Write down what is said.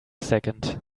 second